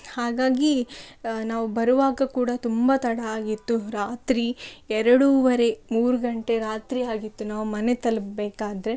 ಹಾಗಾಗಿ ನಾವು ಬರುವಾಗ ಕೂಡ ತುಂಬ ತಡ ಆಗಿತ್ತು ರಾತ್ರಿ ಎರಡುವರೆ ಮೂರು ಗಂಟೆ ರಾತ್ರಿಯಾಗಿತ್ತು ನಾವು ಮನೆ ತಲುಪಬೇಕಾದ್ರೆ